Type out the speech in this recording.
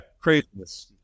craziness